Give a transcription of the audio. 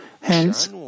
Hence